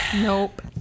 Nope